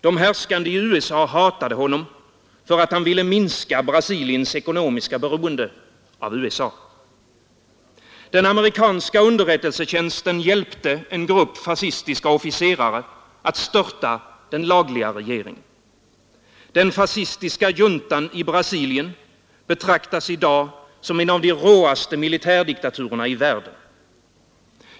De härskande i USA hatade honom för att han ville minska Brasiliens ekonomiska beroende av USA. Den amerikanska underrättelsetjänsten hjälpte en grupp fascistiska officerare att störta den lagliga regeringen. Den fascistiska juntan i Brasilien betraktas i dag som en av de råaste militärdiktaturerna i världen.